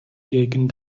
gegen